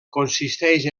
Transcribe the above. consisteix